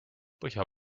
põhja